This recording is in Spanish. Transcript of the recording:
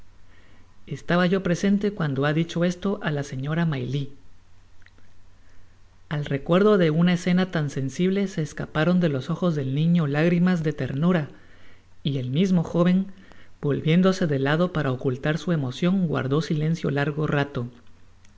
estaba yo presente cuando ha dicho esto á la señora mail al recuerdo de una escena tan sensible se escaparon de los ojos del niño lágrimas de ternura y el mismo jovén volviéndose de lado para ocultar su emocion guardó silencio largo rato